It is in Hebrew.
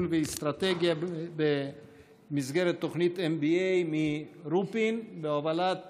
ניהול ואסטרטגיה במסגרת תוכנית MBA מרופין בהובלת